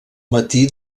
matí